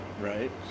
Right